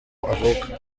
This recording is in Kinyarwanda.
avuka